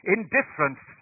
Indifference